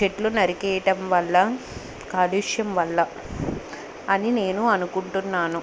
చెట్లు నరికేయటం వల్ల కాలుష్యం వల్ల అని నేను అనుకుంటున్నాను